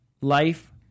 life